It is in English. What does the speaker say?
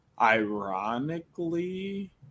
Ironically